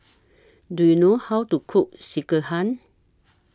Do YOU know How to Cook Sekihan